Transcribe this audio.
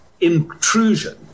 intrusion